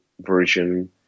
version